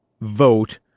vote